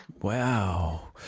Wow